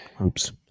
Oops